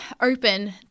open